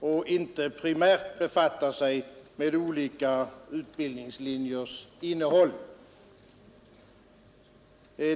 och inte primärt befattar sig med olika utbildningslinjers innehåll.